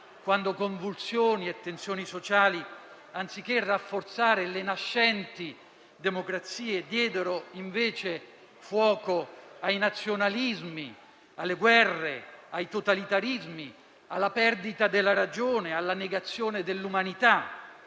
quando convulsioni e tensioni sociali, anziché rafforzare le nascenti democrazie, diedero invece fuoco ai nazionalismi, alle guerre, ai totalitarismi, alla perdita della ragione e alla negazione dell'umanità